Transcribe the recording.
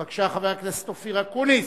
בבקשה, חבר הכנסת אופיר אקוניס,